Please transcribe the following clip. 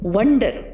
Wonder